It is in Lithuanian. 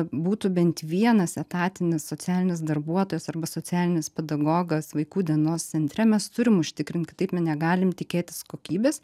būtų bent vienas etatinis socialinis darbuotojas arba socialinis pedagogas vaikų dienos centre mes turim užtikrint kitaip negalim tikėtis kokybės